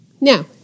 Now